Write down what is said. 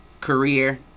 career